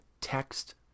text